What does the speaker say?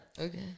Okay